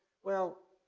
well,